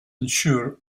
ensure